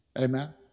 Amen